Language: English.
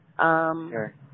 sure